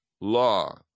law